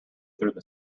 through